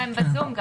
חלק מהם בזום.